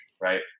Right